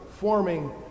Forming